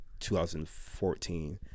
2014